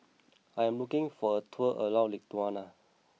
I am looking for a tour around Lithuania